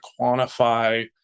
quantify